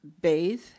bathe